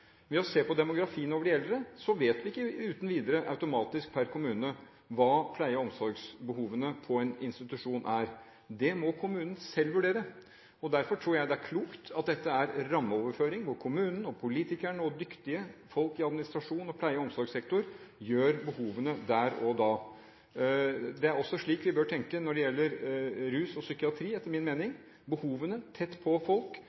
Ved å se på demografien over de eldre, vet vi ikke uten videre automatisk per kommune hva pleie- og omsorgsbehovene på en institusjon er. Det må kommunen selv vurdere, og derfor tror jeg det er klokt at dette er rammeoverføringer hvor kommunen, politikere og dyktige folk i administrasjonen og pleie- og omsorgssektoren gjør vurderingen av behovene der og da. Det er også slik vi bør tenke når det gjelder rus og psykiatri, etter min mening. Behovene må identifiseres tett på folk,